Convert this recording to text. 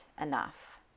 enough